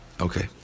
okay